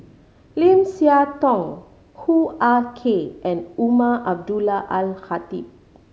Lim Siah Tong Hoo Ah Kay and Umar Abdullah Al Khatib